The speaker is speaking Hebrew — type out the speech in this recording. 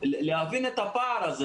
להבין את הפער הזה.